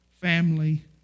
family